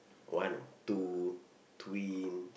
one two twin